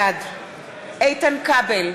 בעד איתן כבל,